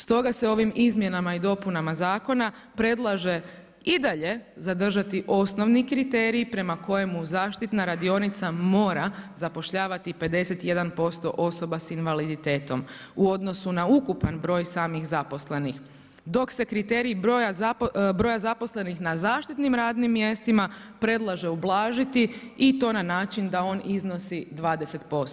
Stoga se ovim izmjenama i dopunama zakona predlaže i dalje zadržati osnovni kriterij prema kojemu zaštitna radionica mora zapošljavati 51% osoba s invaliditetom u odnosu na ukupan broj samih zaposlenih, dok se kriterij broj zaposlenih na zaštitnim radnim mjestima predlaže ublažiti i to na način da on iznosi 20%